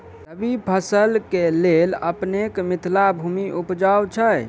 रबी फसल केँ लेल अपनेक मिथिला भूमि उपजाउ छै